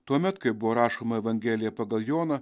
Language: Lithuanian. tuomet kai buvo rašoma evangelija pagal joną